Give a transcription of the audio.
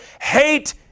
hate